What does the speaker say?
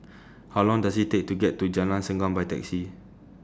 How Long Does IT Take to get to Jalan Segam By Taxi